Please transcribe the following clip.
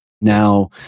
Now